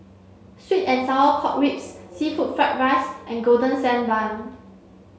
sweet and sour pork ribs seafood fried rice and golden sand bun